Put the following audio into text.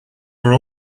were